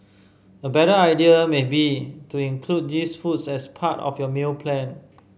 a better idea may be to include these foods as part of your meal plan